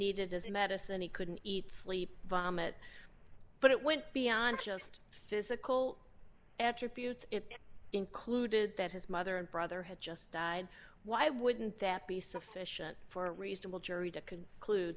needed his medicine he couldn't eat sleep vomit but it went beyond just physical attributes it included that his mother and brother had just died why wouldn't that be sufficient for a reasonable jury